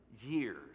years